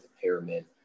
pyramid